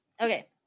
Okay